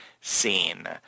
scene